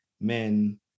men